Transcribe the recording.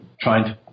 trying